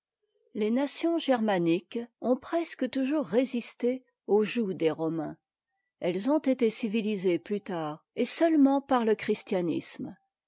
les nations germaniques ont presque toujours résisté au joug des romains elles ont été civilisées plus tard et seulement par je christianisme